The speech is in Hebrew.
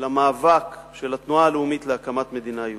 ולמאבק של התנועה הלאומית להקמת מדינה יהודית.